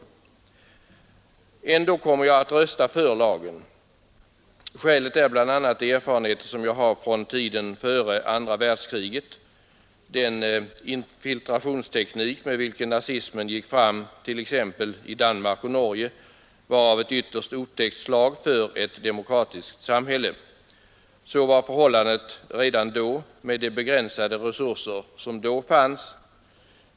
Ändå kommer jag att rösta för lagen. Skälet härför är bl.a. de erfarenheter jag har från tiden före andra världskriget. Den infiltrationsteknik med vilken nazismen gick fram it.ex. Danmark och Norge var av ett ytterst otäckt slag för ett demokratiskt samhälle. Så var förhållandet redan då, med de begränsade resurser som då fanns.